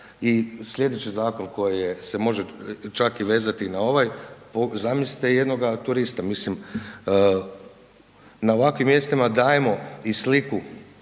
i slijedeći zakon koji se može čak i vezati na ovaj, zamislite jednoga turista, mislim, na ovakvim mjestima dajemo i sliku